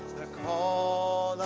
the call